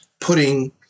putting